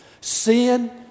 Sin